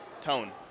tone